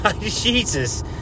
Jesus